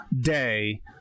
day